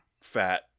fat